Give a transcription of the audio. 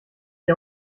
ihr